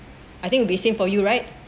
I think would be same for you right